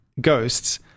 ghosts